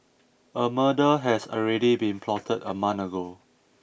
a murder has already been plotted a month ago